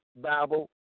Bible